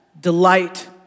delight